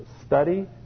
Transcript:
Study